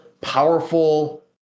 powerful